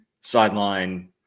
Sideline